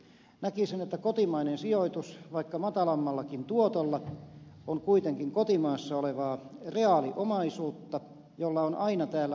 näkisin että kotimainen sijoitus vaikka matalammallakin tuotolla on kuitenkin kotimaassa olevaa reaaliomaisuutta jolla on aina täällä oma arvo